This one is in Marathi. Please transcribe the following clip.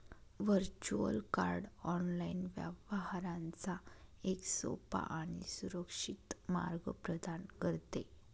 व्हर्च्युअल कार्ड ऑनलाइन व्यवहारांचा एक सोपा आणि सुरक्षित मार्ग प्रदान करते